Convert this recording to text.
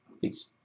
Peace